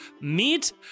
meet